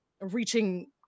reaching